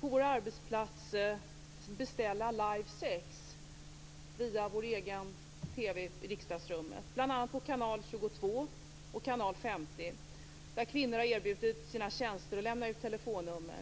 på vår arbetsplats haft möjlighet att beställa Live sex via vår egen TV i våra rum. Bl.a. på kanal 22 och kanal 50 erbjuder kvinnor sina tjänster och lämnar ut sina telefonnummer.